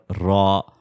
raw